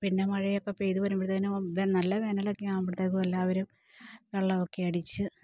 പിന്നെ മഴയൊക്കെ പെയ്ത് വരുമ്പോഴ്ത്തേനും നല്ല വേനലൊക്കെയാകുമ്പോഴ്ത്തേക്കും എല്ലാവരും വെള്ളമൊക്കെയടിച്ച്